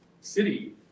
city